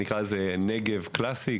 נקרא לזה נגב קלאסי,